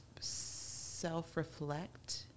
self-reflect